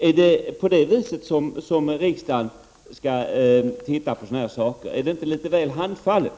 Är det på det sättet riksdagen skall titta på sådana här saker? Är det inte litet väl handfallet?